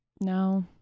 No